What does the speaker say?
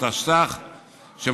התשס"ח 2008,